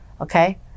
Okay